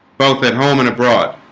both at home and abroad